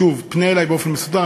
שוב, פנה אלי באופן מסודר.